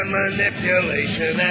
manipulation